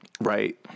right